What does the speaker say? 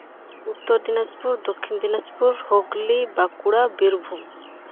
Uttar Dinajpur Dakshin Dinajpur Hooghly Bankura Birbhum